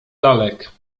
lalek